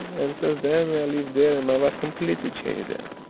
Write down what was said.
and since then i live there and my life completely changed there.